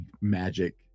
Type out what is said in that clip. magic